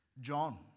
John